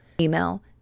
email